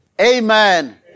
Amen